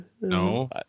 No